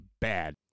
bad